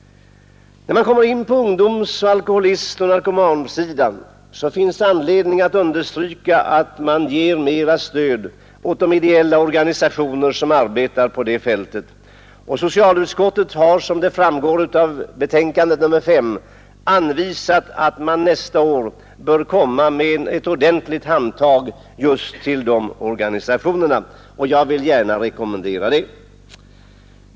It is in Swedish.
När man kommer in på ungdoms-, alkoholismoch narkomansidan finns det anledning att understryka att mera stöd bör ges åt de ideella organisationer som arbetar på det fältet. Socialutskottet har, såsom framgår av betänkande nr 5, anvisat att man nästa år bör komma med ett ordentligt handtag just till de organisationerna och jag vill gärna rekommendera det.